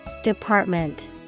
Department